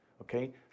okay